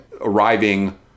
arriving